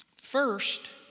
First